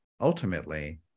ultimately